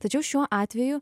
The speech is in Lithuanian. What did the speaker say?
tačiau šiuo atveju